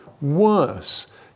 worse